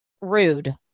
rude